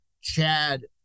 Chad